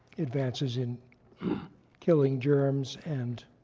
advances in killing germs and